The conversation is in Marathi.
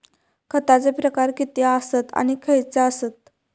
खतांचे प्रकार किती आसत आणि खैचे आसत?